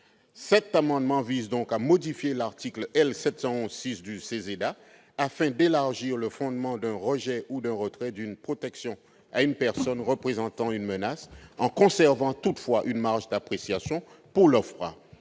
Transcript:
Cet amendement vise donc à modifier l'article L. 711-6 du CESEDA, afin d'élargir le fondement d'un rejet ou d'un retrait d'une protection à une personne représentant une menace, en conservant toutefois une marge d'appréciation pour l'OFPRA.